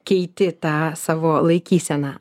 keiti tą savo laikyseną